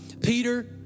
Peter